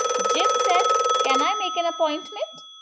jim said, can i make an appointment?